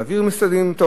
להעביר מסרים עם תוכן,